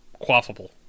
quaffable